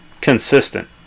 consistent